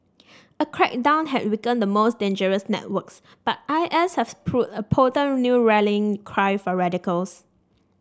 a crackdown had weakened the most dangerous networks but I S has proved a potent new rallying cry for radicals